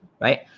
right